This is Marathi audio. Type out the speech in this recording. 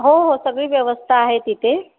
हो हो सगळी व्यवस्था आहे तिथे